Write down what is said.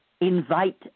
invite